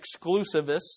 exclusivists